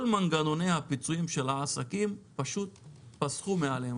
כל מנגנוני הפיצויים של העסקים פשוט פסחו עליהם.